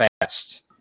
fast